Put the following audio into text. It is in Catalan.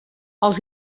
els